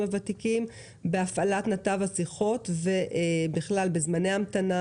הוותיקים בהפעלת נתב השיחות ובכלל בזמני המתנה,